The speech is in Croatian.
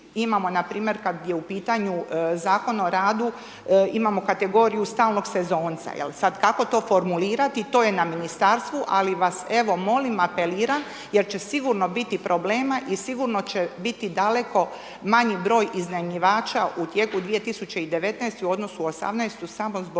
imamo na primjer kad je u pitanju Zakon o radu, imamo kategoriju stalnog sezonca jel, sad kako to formulirati to je na ministarstvu, ali vas evo molim, apeliram jer će sigurno biti problema i sigurno će biti daleko manji broj iznajmljivača u tijeku 2019. u odnosu '18. samo zbog